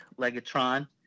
Legatron